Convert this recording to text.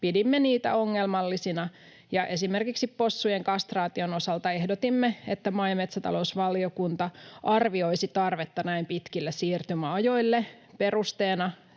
pidimme niitä ongelmallisina ja esimerkiksi possujen kastraation osalta ehdotimme, että maa- ja metsätalousvaliokunta arvioisi tarvetta näin pitkille siirtymäajoille perusteena